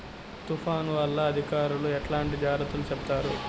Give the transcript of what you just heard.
తుఫాను వల్ల అధికారులు ఎట్లాంటి జాగ్రత్తలు చెప్తారు?